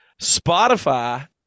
Spotify